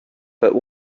but